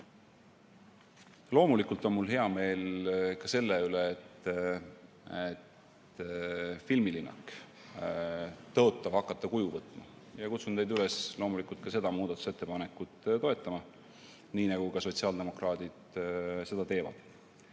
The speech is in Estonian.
Loomulikult on mul hea meel ka selle üle, et filmilinnak tõotab hakata kuju võtma, ja kutsun teid üles ka seda muudatusettepanekut toetama, nii nagu sotsiaaldemokraadid seda teevad.